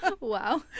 Wow